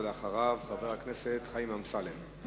לאחריו, חבר הכנסת חיים אמסלם.